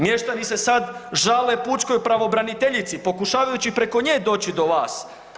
Mještani se sada žale pučkoj pravobraniteljici pokušavajući preko nje doći do vas.